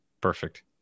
Perfect